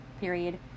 period